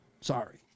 Sorry